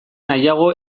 nahiago